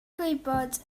gwybod